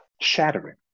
shattering